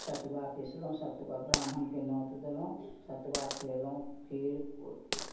सतुआ पीसलहुँ सतुआ ब्राह्मणके नोत देलहुँ सतुआ खुएलहुँ खीर